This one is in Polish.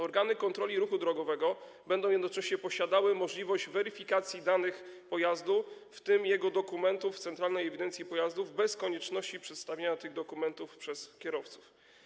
Organy kontroli ruchu drogowego będą jednocześnie posiadały możliwość weryfikacji danych pojazdu, w tym jego dokumentów, w centralnej ewidencji pojazdów bez konieczności przedstawienia tych dokumentów przez kierowców.